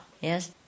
yes